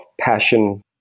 passion